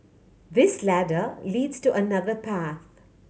this ladder leads to another path